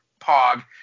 pog